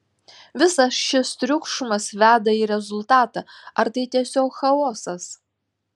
visas šis triukšmas veda į rezultatą ar tai tiesiog chaosas